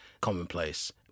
commonplace